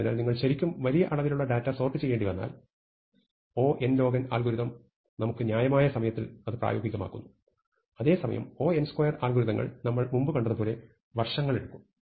അതിനാൽ നിങ്ങൾക്ക് ശരിക്കും വലിയ അളവിലുള്ള ഡാറ്റ സോർട്ട് ചെയ്യേണ്ടിവന്നാൽ O അൽഗോരിതം അത് നമുക്ക് ന്യായമായ സമയത്തിൽ പ്രായോഗികമാക്കുന്നു അതേസമയം O അൽഗോരിതങ്ങൾ നമ്മൾ മുമ്പ് കണ്ടതുപോലെ വർഷങ്ങൾ എടുക്കും